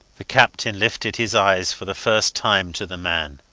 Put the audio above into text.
the captain lifted his eyes for the first time to the man.